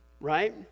right